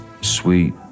sweet